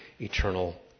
eternal